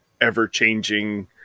ever-changing